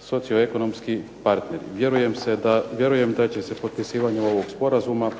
socioekonomski partneri. Vjerujem da će se potpisivanjem ovog sporazuma